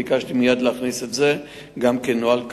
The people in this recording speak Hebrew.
ביקשתי מייד להכניס את זה גם כנוהל קבוע.